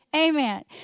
Amen